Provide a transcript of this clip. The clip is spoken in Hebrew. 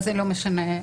הבריאות.